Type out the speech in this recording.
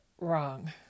wrong